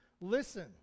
Listen